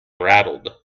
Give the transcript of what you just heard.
rattled